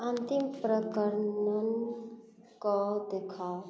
अन्तिम प्रकरणकेँ देखाउ